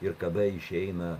ir kada išeina